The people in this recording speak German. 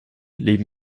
leben